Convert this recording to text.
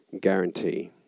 guarantee